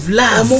love